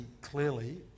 clearly